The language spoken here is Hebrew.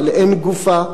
אבל אין גופה.